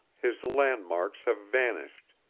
his landmarks have vanished,